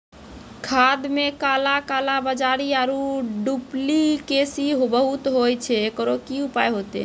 खाद मे काला कालाबाजारी आरु डुप्लीकेसी बहुत होय छैय, एकरो की उपाय होते?